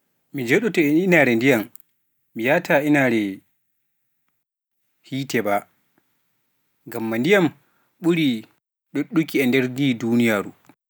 Mi jooɗo to e inaare ndiyaam, mi yahta inaare hiite ba, ngam ma ndiyaam ɗuɗuuki e nder ndu duniyaaru.